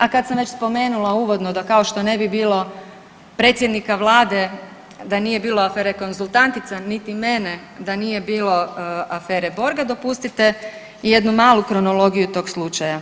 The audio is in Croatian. A kad sam već spomenula uvodno da kao što ne bi bilo predsjednika vlade da nije bilo afere konzultantica, niti mene da nije bilo afere borga dopustite jednu malu kronologiju tog slučaja.